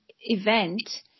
event